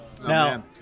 Now